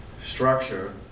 structure